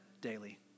daily